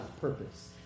purpose